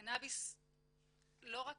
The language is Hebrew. הקנאביס לא רק